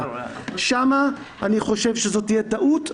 שם אני חושב שזאת תהיה טעות.